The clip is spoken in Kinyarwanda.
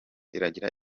iragira